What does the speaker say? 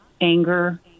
anger